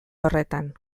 horretan